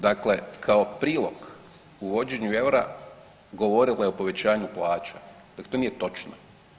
Dakle, kao prilog uvođenju eura govorila je o povećanju plaća, jer to nije točno.